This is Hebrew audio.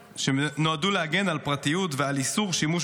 שנועדו להגן על הפרטיות ועל איסור שימוש